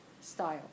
style